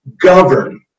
govern